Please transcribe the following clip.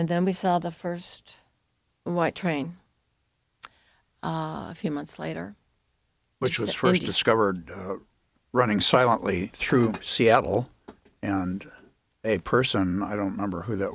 and then we saw the first white train few months later which was first discovered running silently through seattle and a person i don't remember who th